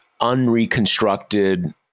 unreconstructed